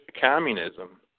communism